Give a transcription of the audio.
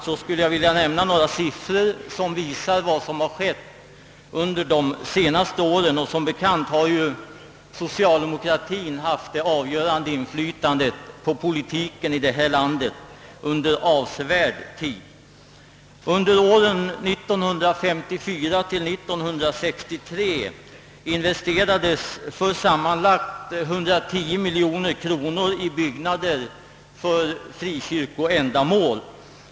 Jag skulle vilja nämna några siffror som visar vad som skett under de senaste åren. Som bekant har socialdemokratien haft ett avgörande inflytande på politiken i det här landet under avsevärd tid. Under åren 1954—1963 investerades sammanlagt 110 miljoner kronor i byggnader för frikyrkoändamål.